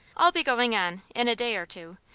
i'll be going on, in a day or two,